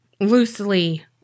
loosely